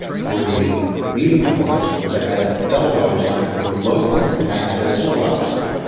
for the medium-performing stores, i added the double dollar sign. and for the low-performing, i added a single dollar sign.